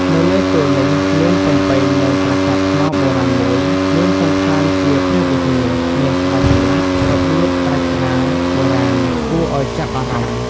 នៅលើទួលនេះ មានកំពែងនឹងប្រាសាទថ្មបុរាណមួយ មានសណ្ឋានជាព្រះវិហារ មានក្បាច់ចម្លាក់ របៀបរចនាបុរាណ គួរឲ្យចាប់អារម្មណ៍ ។